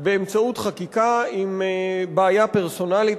באמצעות חקיקה עם בעיה פרסונלית.